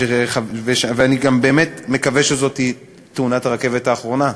ואני גם באמת מקווה שזאת תאונת הרכבת האחרונה,